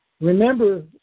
Remember